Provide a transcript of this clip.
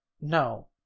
no